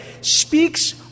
speaks